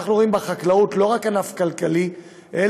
אנחנו רואים בחקלאות לא רק ענף כלכלי אלא